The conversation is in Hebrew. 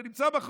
זה נמצא בחוק.